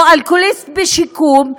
או אלכוהוליסט בשיקום,